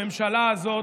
הממשלה הזאת,